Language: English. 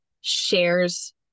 shares